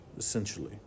Essentially